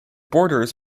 borders